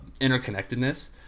interconnectedness